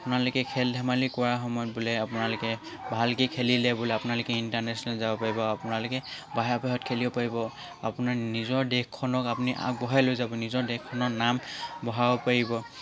আপোনালোকে খেল ধেমালি কৰা সময়ত বোলে আপোনালোকে ভালকৈ খেলিলে বোলে আপোনালোকে ইণ্টাৰনেশ্যনেল যাব পাৰিব আপোনালোকে বাহিৰত বাহিৰত খেলিব পাৰিব আপোনাৰ নিজৰ দেশখনক আপুনি আগবঢ়াই লৈ যাব নিজৰ দেশখনৰ নাম বঢ়াব পাৰিব